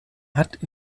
hat